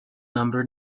number